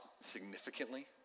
significantly